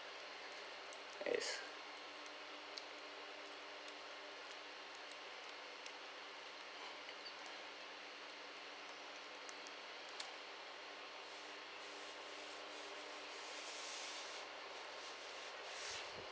uh yes